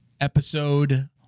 Episode